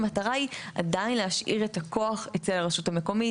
המטרה היא עדיין להשאיר את הכוח אצל הרשות המקומית.